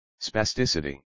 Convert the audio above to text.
Spasticity